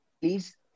please